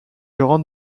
entre